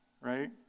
right